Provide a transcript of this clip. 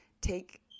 Take